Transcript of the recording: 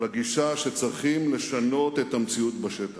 בגישה שצריכים לשנות את המציאות בשטח.